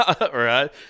Right